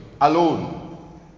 alone